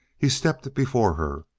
he stepped before her.